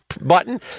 button